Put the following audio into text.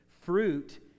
fruit